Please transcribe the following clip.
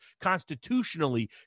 constitutionally